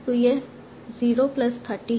तो यह 0 प्लस 30 है